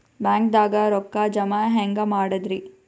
ಬ್ಯಾಂಕ್ದಾಗ ರೊಕ್ಕ ಜಮ ಹೆಂಗ್ ಮಾಡದ್ರಿ?